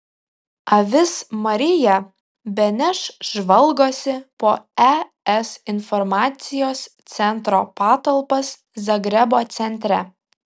avis marija beneš žvalgosi po es informacijos centro patalpas zagrebo centre